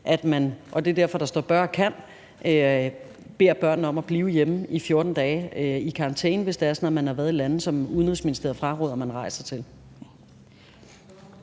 og det er derfor, at der står »bør« og »kan« – beder børnene om at blive hjemme i 14 dage i karantæne, hvis det er sådan, at man har været i lande, som Udenrigsministeriet fraråder at man rejser til.